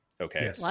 Okay